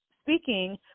speaking